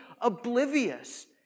oblivious